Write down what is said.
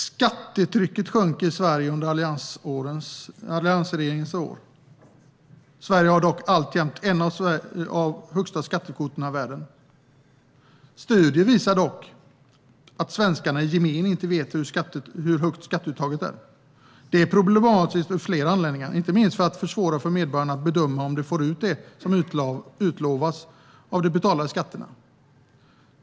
Skattetrycket sjönk i Sverige under alliansregeringens år. Sverige har dock alltjämt en av de högsta skattekvoterna i världen. Studier visar dock att svenskarna i gemen inte vet hur högt skatteuttaget är. Det är problematiskt av flera anledningar, inte minst för att det försvårar för medborgarna att bedöma om de får ut det som utlovats av de betalade skatterna.